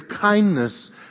kindness